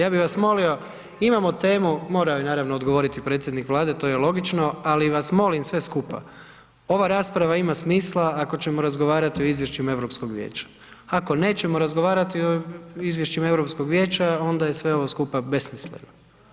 Ja bih vas molimo imamo temu, morao je naravno odgovoriti predsjednik Vlade to je logično, ali vas molim sve skupa, ova rasprava ima smisla ako ćemo razgovarati o Izvješćima Europskog vijeća, ako nećemo razgovarati o Izvješćima Europskog vijeća onda je sve ovo skupa besmisleno.